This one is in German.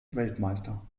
weltmeister